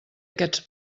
aquests